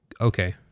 okay